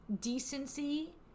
decency